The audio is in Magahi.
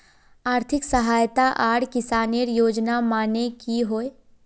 आर्थिक सहायता आर किसानेर योजना माने की होय?